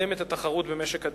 חבר הכנסת אופיר אקוניס.